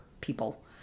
people